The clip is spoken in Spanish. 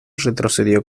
retrocedió